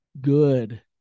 good